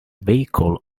vehicle